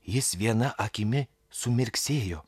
jis viena akimi sumirksėjo